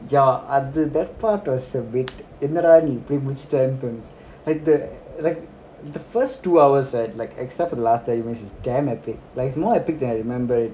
ya e~ d~ that part was the wait என்னடாநீஇப்படிமுடிச்சிட்ட:ennada ni eppadi mudichitda like the like the first two hours right like except for the last thirty minutes is damn epic like it's more epic than I remember it